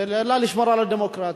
אלא לשמור על הדמוקרטיה.